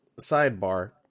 sidebar